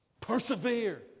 Persevere